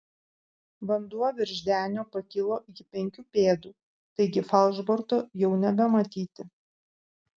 vanduo virš denio pakilo iki penkių pėdų taigi falšborto jau nebematyti